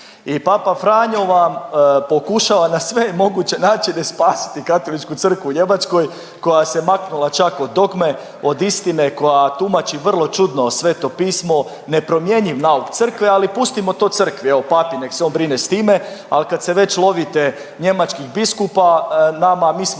I Papa Franjo vam pokušava na sve moguće načine spasiti Katoličku crkvu u Njemačkoj koja se maknula od dogme, od istine, koja tumači vrlo čudno Sveto Pismo, nepromjenjiv nauk crkve, ali pustimo to crkvi, evo Papi nek se on brine s time, ali kad se već lovite njemačkih biskupa nam mi smo